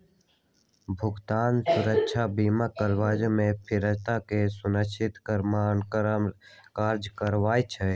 भुगतान सुरक्षा बीमा करजा के फ़िरता के सुनिश्चित करेमे काज करइ छइ